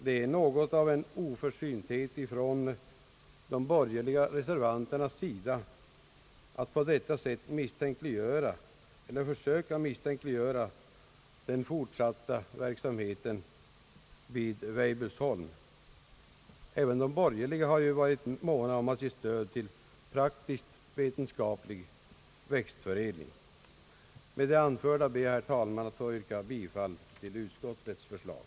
Det är något av en oförsynthet från de borgerliga reservanternas sida att på detta sätt försöka misstänkliggöra den fortsatta verksamheten vid Weibullsholm. Även de borgerliga har ju varit måna om att ge stöd till praktiskt vetenskaplig växfförädling! Med det anförda ber jag, herr talman, att få yrka bifall till utskottets förslag.